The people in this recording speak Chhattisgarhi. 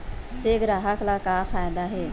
से ग्राहक ला का फ़ायदा हे?